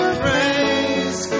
praise